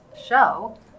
show